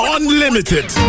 Unlimited